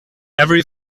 every